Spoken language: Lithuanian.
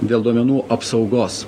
dėl duomenų apsaugos